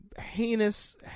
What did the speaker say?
heinous